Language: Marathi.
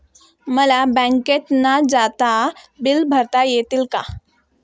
मला बँकेत न जाता बिले भरता येतील का?